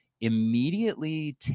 immediately